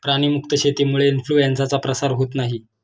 प्राणी मुक्त शेतीमुळे इन्फ्लूएन्झाचा प्रसार होत नाही